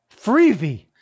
freebie